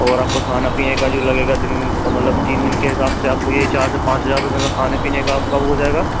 और आप का खाने पीने का जो लगेगा दिन का मदलब तीन दिन के हिसाब से आप को यही चार से पाँच हज़ार रुपये का खाने पीने का आप का वो हो जाएगा